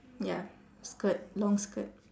ya skirt long skirt